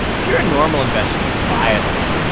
if you're a normal investor and you buy a stock,